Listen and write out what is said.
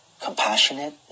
compassionate